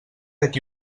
aquí